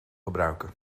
gebruiken